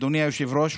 אדוני היושב-ראש,